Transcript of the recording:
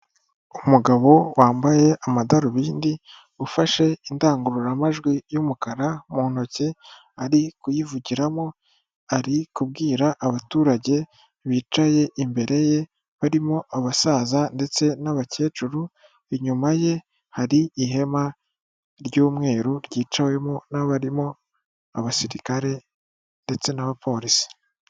Umugabo wambaye amadarubindi ufashe indangururamajwi y'umukara mu ntoki ari kuyivugiramo, ari kubwira abaturage bicaye imbere ye barimo abasaza ndetse n'abakecuru, inyuma ye hari ihema ry'umweru ryicawemo n'abarimo abasirikare ndetse n'abapolisi.